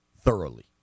thoroughly